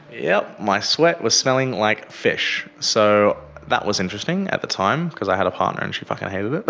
yep, my sweat was smelling like fish, so that was interesting at the time because i had a partner and she fuckin' hated it.